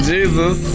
Jesus